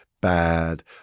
Bad